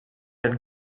elle